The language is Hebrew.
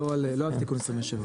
לא על תיקון 27,